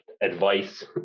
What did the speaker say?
advice